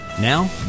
Now